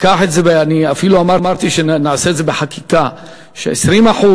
אפילו אמרתי שנעשה את זה בחקיקה, ש-20%,